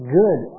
good